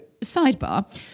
sidebar